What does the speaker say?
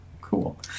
Cool